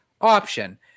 option